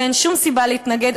ואין שום סיבה להתנגד.